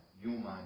human